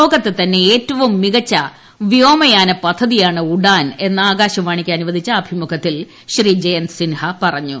ലോകത്തെ തന്നെ ഏറ്റവും മികച്ച വ്യോമയാന പദ്ധതിയാണ് ഉഡാൺ എന്ന് ആകാശവാണിക്ക് അനുവദിച്ച അഭിമുഖത്തിൽ ജയന്ത് സിൻഹ പറഞ്ഞു